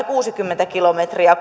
kuusikymmentä kilometriä